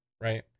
right